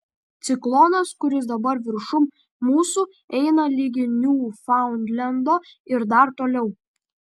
ciklonas kuris dabar viršum mūsų eina ligi niūfaundlendo ir dar toliau